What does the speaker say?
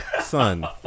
son